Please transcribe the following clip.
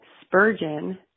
Spurgeon